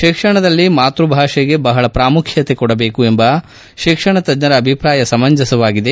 ಶಿಕ್ಷಣದಲ್ಲಿ ಮಾತೃ ಭಾಷೆಗೆ ಬಹಳ ಪ್ರಾಮುಖ್ಯತೆ ಕೊಡಬೇಕು ಎಂಬ ಶಿಕ್ಷಣ ತಜ್ಞರ ಅಭಿಪ್ರಾಯ ಸಮಂಜಸವಾಗಿದೆ